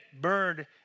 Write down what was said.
burned